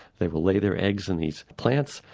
they will lay their eggs in these plants.